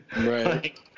Right